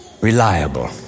reliable